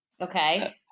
Okay